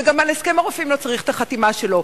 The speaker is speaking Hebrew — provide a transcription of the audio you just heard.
וגם על הסכם הרופאים לא צריך את החתימה שלו.